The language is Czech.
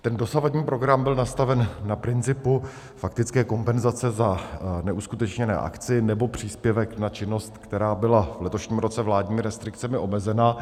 Ten dosavadní program byl nastaven na principu faktické kompenzace za neuskutečněnou akci, nebo příspěvek na činnost, která byla v letošním roce vládními restrikcemi omezena.